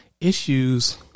issues